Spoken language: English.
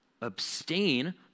abstain